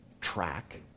track